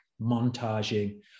montaging